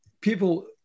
people